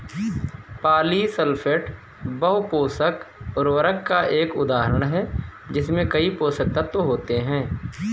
polysulphate बहु पोषक उर्वरक का एक उदाहरण है जिसमें कई पोषक तत्व होते हैं